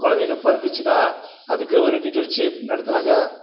குழந்தைங்க பிறந்துச்சினா அதுக்கு ஒரு நிகழ்ச்சி நடத்துகிறாங்க